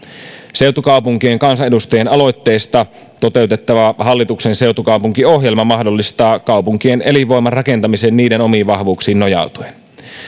seutukaupunkien kansanedustajien aloitteesta toteutettava hallituksen seutukaupunkiohjelma mahdollistaa kaupunkien elinvoiman rakentamisen niiden omiin vahvuuksiin nojautuen